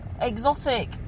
exotic